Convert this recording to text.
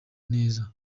neza